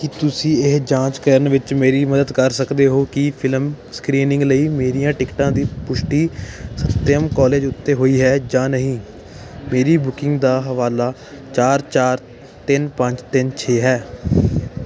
ਕੀ ਤੁਸੀਂ ਇਹ ਜਾਂਚ ਕਰਨ ਵਿੱਚ ਮੇਰੀ ਮਦਦ ਕਰ ਸਕਦੇ ਹੋ ਕਿ ਫ਼ਿਲਮ ਸਕ੍ਰੀਨਿੰਗ ਲਈ ਮੇਰੀਆਂ ਟਿਕਟਾਂ ਦੀ ਪੁਸ਼ਟੀ ਸੱਤਿਅਮ ਕਾਲਜ ਉੱਤੇ ਹੋਈ ਹੈ ਜਾਂ ਨਹੀਂ ਮੇਰੀ ਬੁਕਿੰਗ ਦਾ ਹਵਾਲਾ ਚਾਰ ਚਾਰ ਤਿੰਨ ਪੰਜ ਤਿੰਨ ਛੇ ਹੈ